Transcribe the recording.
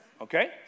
Okay